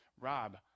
Rob